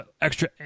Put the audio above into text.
extra